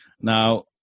Now